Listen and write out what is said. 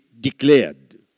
declared